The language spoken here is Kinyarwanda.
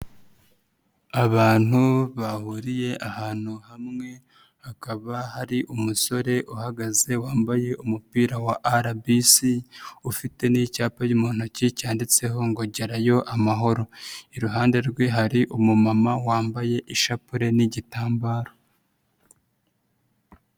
Abantu bahuriye ahantu hamwe, hakaba hari umusore uhagaze wambaye umupira wa RBC,ufite n'icyapa mu ntoki, cyanditseho ngo gerayo amahoro. Iruhande rwe hari umumama wambaye ishapure n'igitambaro.